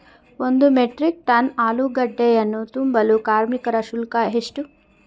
ಒಂದು metric ton ಆಲೂಗೆಡ್ಡೆಯನ್ನು ತುಂಬಲು ಕಾರ್ಮಿಕರ ಶುಲ್ಕ ಎಷ್ಟು?